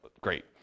great